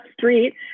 street